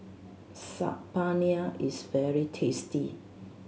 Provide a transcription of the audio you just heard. Saag Paneer is very tasty